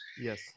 Yes